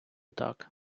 так